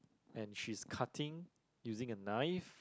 and she's cutting using a knife